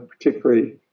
particularly